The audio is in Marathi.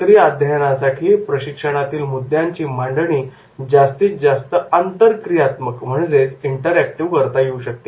सक्रिय अध्ययनासाठी प्रशिक्षणातील मुद्यांची मांडणी जास्तीत जास्त आंतरक्रियात्मक Interactive इंटरॅक्टिव्ह करता येऊ शकते